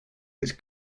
its